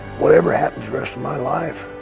whatever happens the rest of my life